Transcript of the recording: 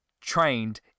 trained